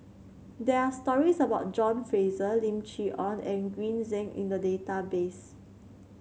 there are stories about John Fraser Lim Chee Onn and Green Zeng in the database